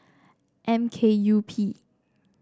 M K U P